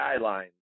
guidelines